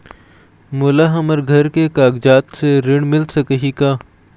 मोला हमर घर के कागजात से ऋण मिल सकही का?